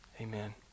amen